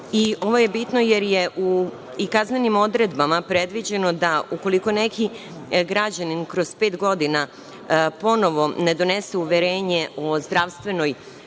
Ovo je bitno jer je i kaznenim odredbama predviđeno da ukoliko neki građanin kroz pet godina ponovo ne donese uverenje o zdravstvenoj